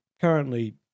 currently